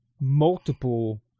multiple